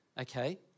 Okay